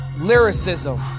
lyricism